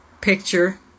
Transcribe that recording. picture